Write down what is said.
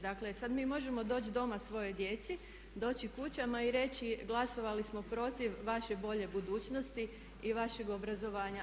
Dakle, sad mi možemo doći doma svojoj djeci, doći kućama i reći glasovali smo protiv vaše bolje budućnosti i vašeg obrazovanja.